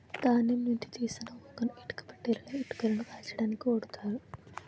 ధాన్యం నుంచి తీసిన ఊకను ఇటుక బట్టీలలో ఇటుకలను కాల్చడానికి ఓడుతారు